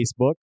Facebook